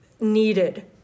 needed